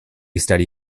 steady